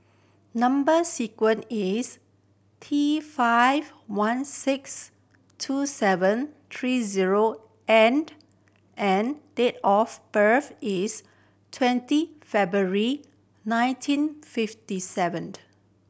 number sequence is T five one six two seven three zero and N date of birth is twenty February nineteen fifty seven